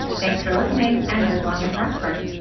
thanks for listening and live long and prosper